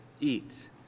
eat